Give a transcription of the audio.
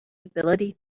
ability